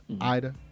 Ida